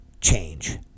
change